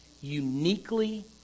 uniquely